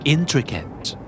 Intricate